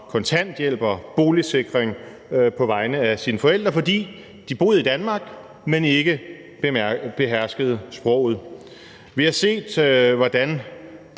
kontanthjælp og boligsikring på vegne af sine forældre, fordi de boede i Danmark, men ikke beherskede sproget. Vi har set, hvordan